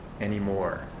anymore